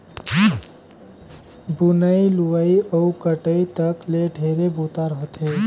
बुनई, लुवई अउ कटई तक ले ढेरे बूता रहथे